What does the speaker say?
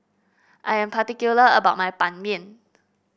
I am particular about my Ban Mian